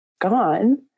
gone